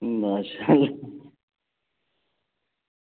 ماشاء اللّٰہ